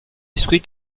esprit